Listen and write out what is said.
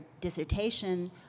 dissertation